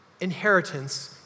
inheritance